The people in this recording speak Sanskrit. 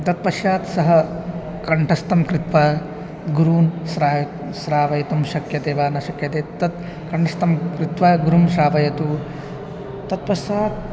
तत्पश्चात् सः कण्ठस्थं कृत्वा गुरून् श्रावयितुं शक्यते वा न शक्यते तत् कण्ठस्थं कृत्वा गुरुं श्रावयतु तत्पश्चात्